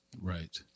Right